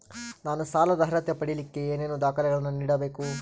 ನಾನು ಸಾಲದ ಅರ್ಹತೆ ಪಡಿಲಿಕ್ಕೆ ಏನೇನು ದಾಖಲೆಗಳನ್ನ ನೇಡಬೇಕು?